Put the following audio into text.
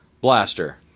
Blaster